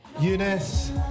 Eunice